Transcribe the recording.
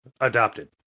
Adopted